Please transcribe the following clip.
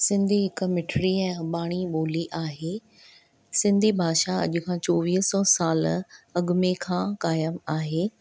सिंधी हिक मिठड़ी ऐं अबाणी ॿोली आहे सिंधी भाषा अॼु खां चोवीह सौ साल अॻु में खां कायम आहे